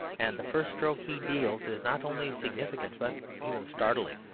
and the first stroke he deals is not only significant but even startling.